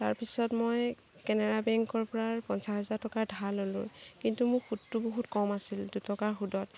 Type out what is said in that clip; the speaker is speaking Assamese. তাৰ পিছত মই কানাৰা বেংকৰ পৰা পঞ্চাছ হাজাৰ টকা ধাৰ ল'লোঁ কিন্তু মোৰ সুতটো বহুত কম আছিল দুটকাৰ সুতত